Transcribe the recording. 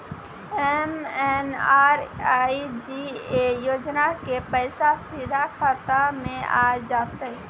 MNREGA योजना के पैसा सीधा खाता मे आ जाते?